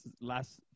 last